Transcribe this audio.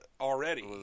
Already